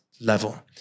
level